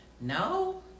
No